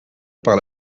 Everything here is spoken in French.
par